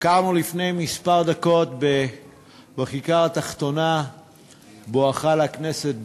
ביקרנו לפני כמה דקות בכיכר התחתונה בואך הכנסת,